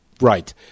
Right